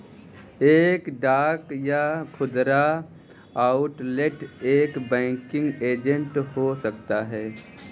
एक डाक या खुदरा आउटलेट एक बैंकिंग एजेंट हो सकता है